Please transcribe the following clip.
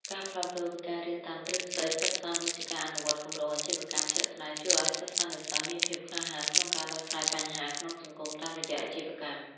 ការផ្លាស់ប្តូរពីការរៀនតាមទ្រឹស្ដីសុទ្ធសាធ មកជាការអនុវត្តគម្រោងអាជីវកម្មជាក់ស្ដែង ជួយឱ្យសិស្សានុសិស្សមានភាពក្លាហានក្នុងការដោះស្រាយបញ្ហាក្នុងសង្គមតាមរយៈអាជីវកម្ម។